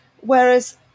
Whereas